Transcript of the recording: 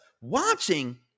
watching